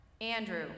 Andrew